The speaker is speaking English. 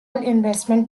investment